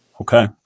Okay